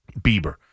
Bieber